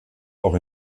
auch